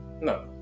No